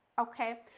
Okay